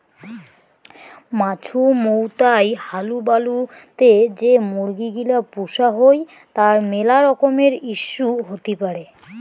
মাছুমৌতাই হালুবালু তে যে মুরগি গিলা পুষা হই তার মেলা রকমের ইস্যু হতি পারে